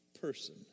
person